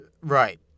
Right